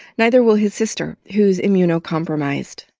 neither will his sister, who's immuno-compromised.